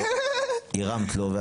הרמת לו.